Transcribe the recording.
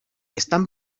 están